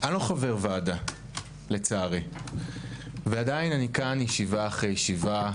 אני לא חבר ועדה לצערי ועדיין אני כאן ישיבה אחרי ישיבה,